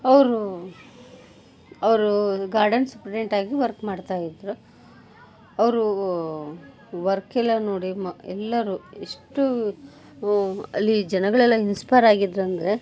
ಅವ್ರು ಅವರು ಗಾರ್ಡನ್ಸ್ ಸುಪ್ರಿಡೆಂಟಾಗಿ ವರ್ಕ್ ಮಾಡ್ತಾ ಇದ್ದರು ಅವ್ರು ವರ್ಕೆಲ್ಲ ನೋಡಿ ಮ ಎಲ್ಲರೂ ಎಷ್ಟು ಅಲ್ಲಿ ಜನಗಳೆಲ್ಲ ಇನ್ಸ್ಪೈರ್ ಆಗಿದ್ದರಂದ್ರೆ